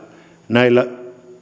näillä